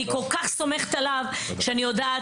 אני כל-כך סומכת עליו שאני יודעת